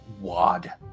wad